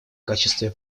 качестве